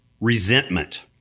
resentment